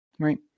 Right